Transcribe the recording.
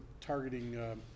targeting